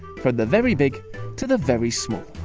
from the very big to the very small.